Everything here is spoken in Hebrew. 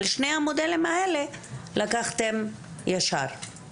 אבל שני המודלים האלה לקחתם ישר.